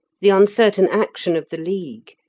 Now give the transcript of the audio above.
the uncertain action of the league,